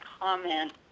comment